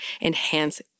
enhance